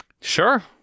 Sure